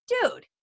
dude